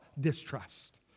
distrust